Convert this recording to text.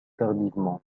tardivement